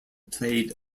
played